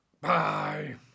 Bye